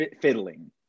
fiddling